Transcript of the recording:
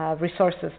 resources